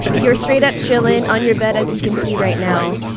you're straight up chillin' on your bed as we can see right now.